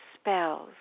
spells